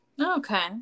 Okay